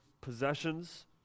possessions